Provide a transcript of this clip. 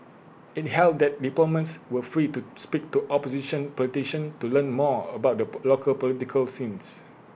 IT held that diplomats were free to speak to opposition politicians to learn more about the local political scene